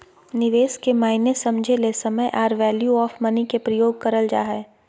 निवेश के मायने समझे ले समय आर वैल्यू ऑफ़ मनी के प्रयोग करल जा हय